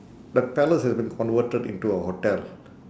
but palace has been converted into a hotel